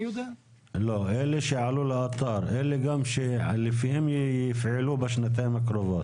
לא, אלה שעלו לאתר שלפיהן יפעלו בשנתיים הקרובות.